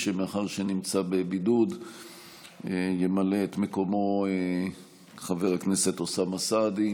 ומאחר שהוא נמצא בבידוד ימלא את מקומו חבר הכנסת אוסאמה סעדי.